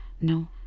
no